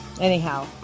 Anyhow